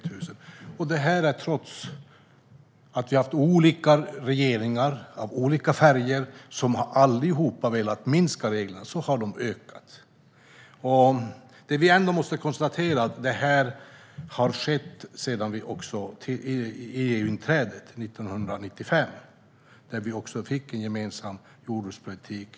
Trots att vi har haft olika regeringar av olika färger, som alla har velat minska antalet regler, har det skett en ökning. Vi kan konstatera att det har skett en ökning av regler sedan EU-inträdet 1995, då vi fick en gemensam jordbrukspolitik.